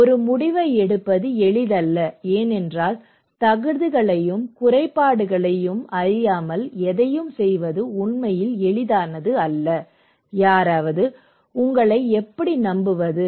ஒரு முடிவை எடுப்பது எளிதல்ல ஏனென்றால் தகுதிகளையும் குறைபாடுகளையும் அறியாமல் எதையும் செய்வது உண்மையில் எளிதானது அல்ல யாராவது உங்களை எப்படி நம்புவது